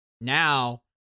now